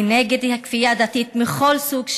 אני נגד כפייה דתית מכל סוג שהוא.